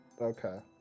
okay